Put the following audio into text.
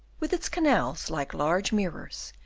with its canals like large mirrors,